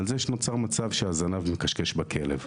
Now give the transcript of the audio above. על שנוצר מצב שהזנב מכשכש בכלב.